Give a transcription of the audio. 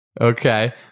Okay